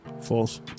False